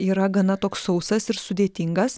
yra gana toks sausas ir sudėtingas